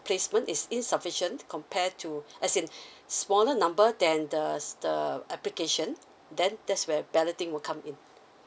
placement is insufficient compare to as in smaller number then the the application then that's where balloting will come in